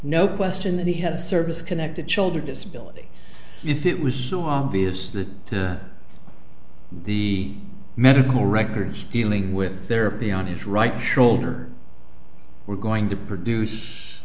no question that he had a service connected childer disability if it was so obvious that the medical records dealing with therapy on his right shoulder were going to produce